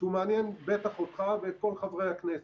שמעניין בטח אותך ואת כל חברי הכנסת.